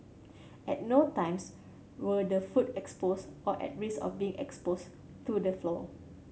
at no times were the food exposed or at risk of being exposed to the floor